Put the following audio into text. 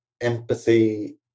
empathy